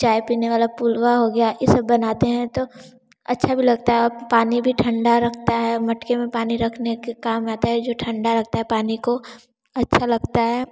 चाय पीने वाला पुलवा हो गया यह सब बनाते हैं तो अच्छा भी लगता है पानी भी ठंडा रखता है मटके में पानी रखने के काम आता है जो ठंडा रखता है पानी को अच्छा लगता है